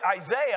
Isaiah